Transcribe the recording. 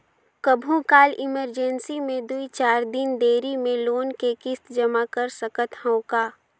कभू काल इमरजेंसी मे दुई चार दिन देरी मे लोन के किस्त जमा कर सकत हवं का?